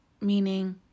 Meaning